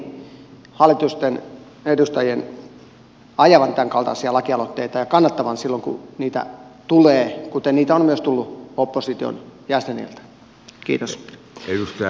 toivoisinkin hallituksen edustajien ajavan tämänkaltaisia lakialoitteita ja kannattavan silloin kun niitä tulee kuten niitä on myös tullut opposition jäseniltä